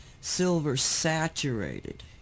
silver-saturated